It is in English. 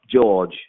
George